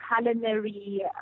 culinary